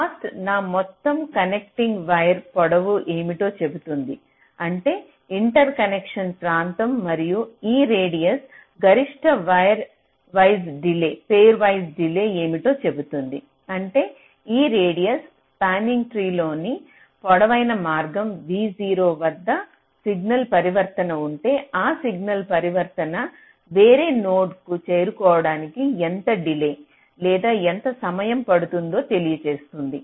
cost నా మొత్తం connecting wire పొడవు ఏమిటో చెబుతుంది అంటే ఇంటర్కనెక్షన్ ప్రాంతం మరియు ఈ రేడియస్ గరిష్ట పేర్ వైజ్ డిలే ఏమిటో చెబుతుంది అంటే ఈ రేడియస్ స్పానింగ్ ట్రీ లో ని పొడవైన మార్గం v0 వద్ద సిగ్నల్ పరివర్తన ఉంటే ఆ సిగ్నల్ పరివర్తన వేరే నోడ్కు చేరుకోవడానికి ఎంత డిలే లేదా ఎంత సమయం పడుతుందో తెలియజేస్తుంది